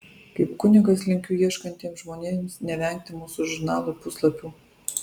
kaip kunigas linkiu ieškantiems žmonėms nevengti mūsų žurnalo puslapių